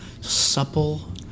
supple